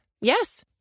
Yes